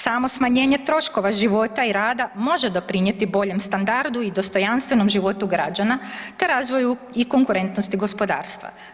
Samo smanjenje troškova života i rada može doprinijeti boljem standardu i dostojanstvenom životu građana te razvoju i konkurentnosti gospodarstva.